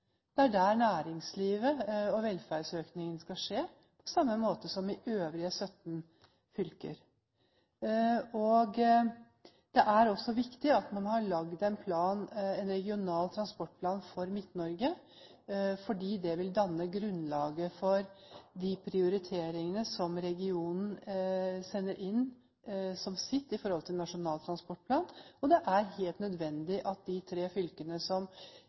det er der næringslivet er, og det er der velferdsøkningen skal skje, på samme måte som i de øvrige 17 fylker. Det er også viktig at man har laget en regional transportplan for Midt-Norge, for det vil danne grunnlaget for de prioriteringene som regionen sender inn som sine med hensyn til Nasjonal transportplan, og det er helt nødvendig at de tre fylkene som